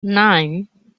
nine